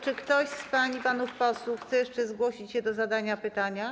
Czy ktoś z pań i panów posłów chce jeszcze zgłosić się do zadania pytania?